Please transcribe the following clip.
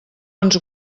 ens